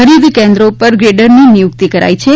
ખરીદ કેન્દ્રો ઉપર ગ્રેડરની નિયુક્તિ કરાઇ છે